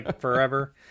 forever